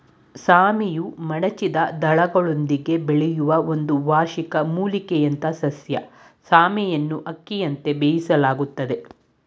ಸಾಮೆಯು ಮಡಚಿದ ದಳಗಳೊಂದಿಗೆ ಬೆಳೆಯುವ ಒಂದು ವಾರ್ಷಿಕ ಮೂಲಿಕೆಯಂಥಸಸ್ಯ ಸಾಮೆಯನ್ನುಅಕ್ಕಿಯಂತೆ ಬೇಯಿಸಲಾಗ್ತದೆ